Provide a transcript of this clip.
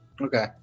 Okay